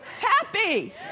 happy